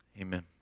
Amen